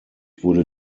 wurde